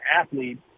athlete